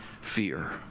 fear